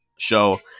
show